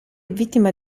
vittima